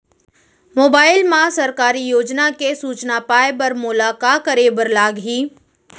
mobile मा सरकारी योजना के सूचना पाए बर मोला का करे बर लागही